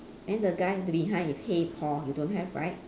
and the guy behind is hey Paul you don't have right